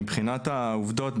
מבחינת העובדות,